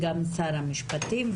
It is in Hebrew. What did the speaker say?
וגם שר המשפטים,